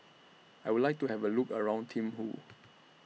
I Would like to Have A Look around Thimphu